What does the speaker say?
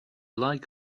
like